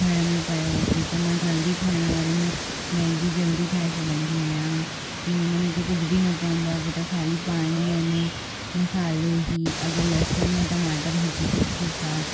घर में पियो हुजे त मां जल्दी ठाहिण वारे में मैगी जल्दी ठाहे छ्ॾंदी आहियां की हुन में त कुझ बि न पवंदो हुओ त खाली पाणी अने मसालो ई अगरि लसन या टमाटर हुजे त ठीकु आहे